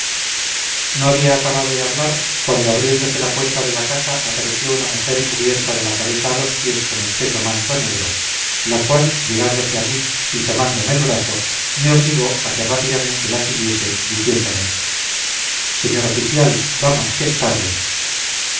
no había acabado de hablar cuando abriéndose la puerta de la casa apareció una mujer cubierta de la cabeza a los pies con espeso manto negro la cual llegándose a mí y tomándome el brazo me obligó a que rápidamente la siguiese diciéndome señor oficial vamos que es tarde